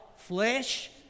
Flesh